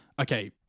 okay